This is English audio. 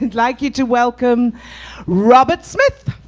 like you to welcome robert smith.